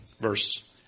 verse